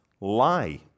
lie